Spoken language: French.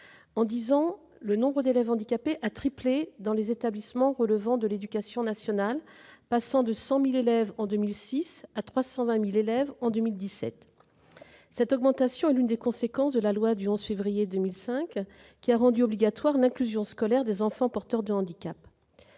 En dix ans, le nombre d'élèves handicapés a triplé dans les établissements relevant de l'éducation nationale : il est passé de 100 000 en 2006 à 320 000 en 2017. Cette augmentation est l'une des conséquences de la loi du 11 février 2005, qui a rendu obligatoire l'inclusion scolaire des enfants porteurs de handicap.